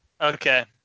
Okay